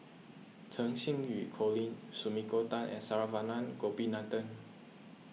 Cheng Xinru Colin Sumiko Tan and Saravanan Gopinathan